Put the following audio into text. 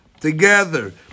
together